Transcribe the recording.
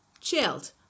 Chilled